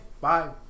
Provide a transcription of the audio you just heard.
bye